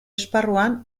esparruan